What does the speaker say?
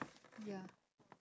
ya